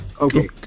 Okay